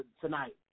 tonight